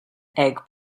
egg